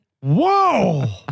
Whoa